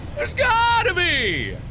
it's got to be